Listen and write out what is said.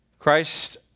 Christ